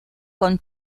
con